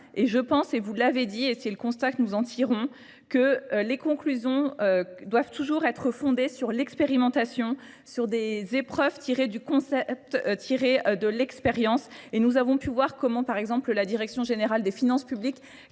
et je pense et vous l'avez dit et c'est le constat que nous en tirons que les conclusions doivent toujours être fondées sur l'expérimentation sur des épreuves tirées du concept tirée de l'expérience et nous avons pu voir comment par exemple la direction générale des finances publiques